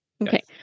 Okay